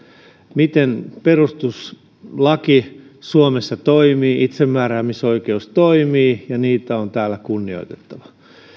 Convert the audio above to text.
miten perustuslaki suomessa toimii ja itsemääräämisoikeus toimii ja niitä on täällä kunnioitettava